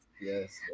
yes